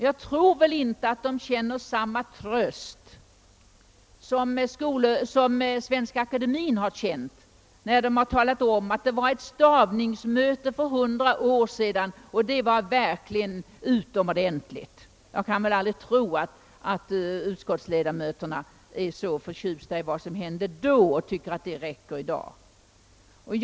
Jag tror dock inte att utskottsmajoriteten känner samma tröst som Svenska akademien har känt när den talat om att det var ett stavningsmöte för hundra år sedan, och det var verkligen utomordentligt. Jag kan väl aldrig tro att utskottsledamöterna är så förtjusta i vad som hände då, att de tycker att detta räcker även i dag.